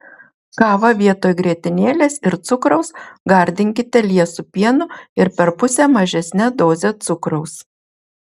kavą vietoj grietinėlės ir cukraus gardinkite liesu pienu ir per pusę mažesne doze cukraus